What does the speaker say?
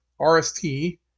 RST